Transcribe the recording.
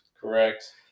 Correct